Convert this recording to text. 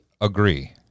agree